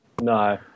No